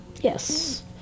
Yes